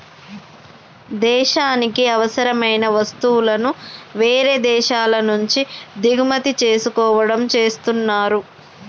దేశానికి అవసరమైన వస్తువులను వేరే దేశాల నుంచి దిగుమతి చేసుకోవడం చేస్తున్నరు